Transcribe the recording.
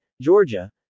Georgia